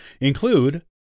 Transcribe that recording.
include